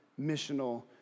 missional